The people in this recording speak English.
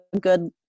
good